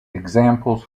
examples